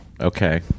okay